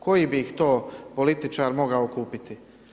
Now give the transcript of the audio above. Koji bi ih to političar mogao kupiti?